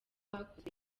hakozwe